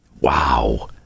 Wow